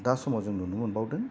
दा समाव जों नुनो मोनबावदों